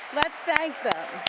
let's thank them.